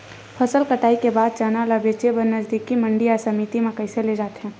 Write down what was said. फसल कटाई के बाद चना ला बेचे बर नजदीकी मंडी या समिति मा कइसे ले जाथे?